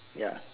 ya